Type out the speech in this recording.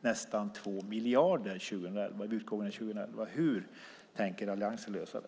nästan 2 miljarder vid utgången av 2011. Hur tänker alliansen lösa det?